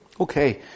okay